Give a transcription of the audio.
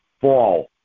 fall